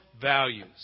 values